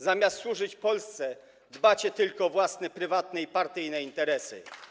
Zamiast służyć Polsce dbacie tylko o własne prywatne i partyjne interesy.